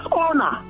honor